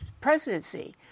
presidency